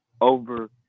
over